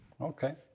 Okay